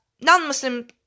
non-Muslim